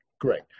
great